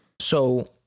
So-